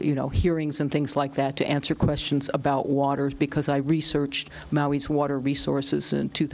you know hearings and things like that to answer questions about waters because i researched water resources in two